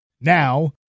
Now